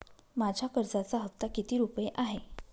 माझ्या कर्जाचा हफ्ता किती रुपये आहे?